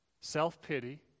self-pity